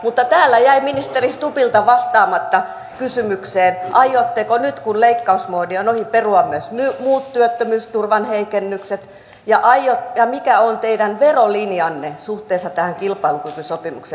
mutta täällä jäi ministeri stubbilta vastaamatta kysymykseen aiotteko nyt kun leikkausmoodi on ohi perua myös muut työttömyysturvan heikennykset ja mikä on teidän verolinjanne suhteessa tähän kilpailukykysopimukseen